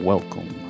Welcome